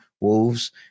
Wolves